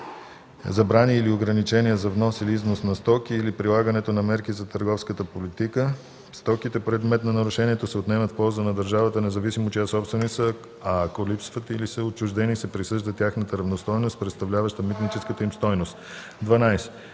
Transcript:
забрани или ограничения за внос или износ на стоки, или прилагането на мерки на търговската политика, стоките, предмет на нарушението, се отнемат в полза на държавата, независимо чия собственост са, а ако липсват или са отчуждени се присъжда тяхната равностойност, представляваща митническата им стойност.“